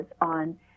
on